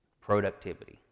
Productivity